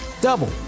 double